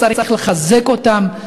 צריך לחזק אותן,